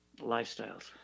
lifestyles